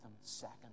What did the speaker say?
second